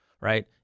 right